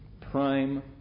Prime